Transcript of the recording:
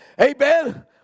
Amen